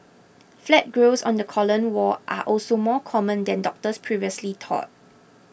flat growths on the colon wall are also more common than doctors previously thought